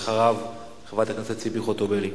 ואחריו, חברת הכנסת ציפי חוטובלי.